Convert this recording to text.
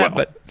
but but